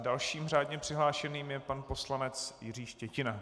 Dalším řádně přihlášeným je pan poslanec Jiří Štětina.